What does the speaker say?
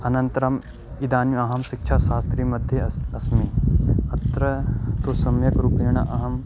अनन्तरम् इदानीमहं शिक्षा शास्त्रीमध्ये अस् अस्मि अत्र तु सम्यक्रूपेण अहम्